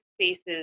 spaces